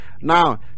Now